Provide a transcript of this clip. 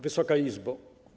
Wysoka Izbo!